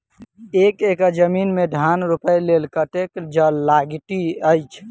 एक एकड़ जमीन मे धान रोपय लेल कतेक जल लागति अछि?